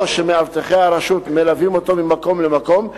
או שמאבטחי הרשות מלווים אותו ממקום למקום,